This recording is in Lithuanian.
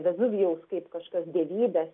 vezuvijaus kaip kažkas dievybės